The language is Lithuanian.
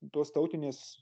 tos tautinės